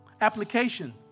Application